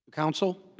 counsel.